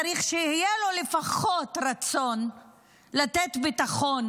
צריך שיהיה לו לפחות רצון לתת ביטחון